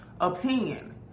opinion